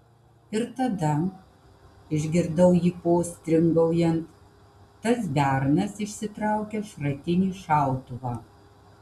ir tada išgirdau jį postringaujant tas bernas išsitraukia šratinį šautuvą